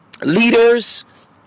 leaders